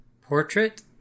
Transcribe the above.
portrait